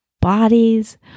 bodies